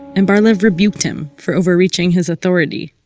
and bar-lev rebuked him for over-reaching his authority